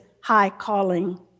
high-calling